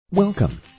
Welcome